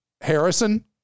Harrison